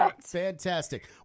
Fantastic